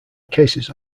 cases